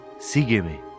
Sígueme